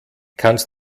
kannst